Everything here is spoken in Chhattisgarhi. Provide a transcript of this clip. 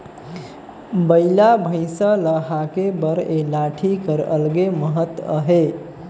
बइला भइसा ल हाके बर ए लाठी कर अलगे महत अहे